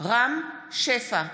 רם שפע,